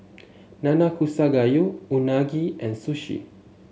Nanakusa Gayu Unagi and Sushi